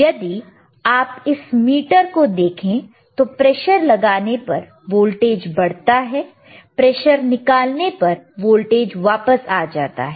यदि आप इस मीटर को देखें तो प्रेशर लगाने पर वोल्टेज बढ़ता है प्रेशर निकालने पर वोल्टेज वापस आ जाता है